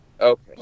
Okay